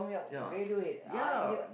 ya ya